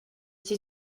iki